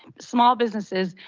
and small businesses,